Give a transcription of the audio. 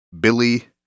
Billy